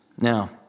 Now